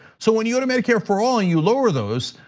so when you go to medicare for all and you lower those,